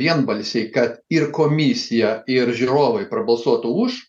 vienbalsiai kad ir komisija ir žiūrovai prabalsuotų už